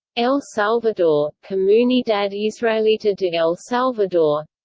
el salvador comunidad israelita de el salvador